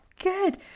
Good